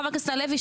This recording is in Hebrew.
חבר הכנסת הלוי,